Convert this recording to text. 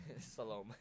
Salome